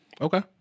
Okay